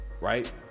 right